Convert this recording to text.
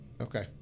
Okay